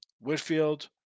Whitfield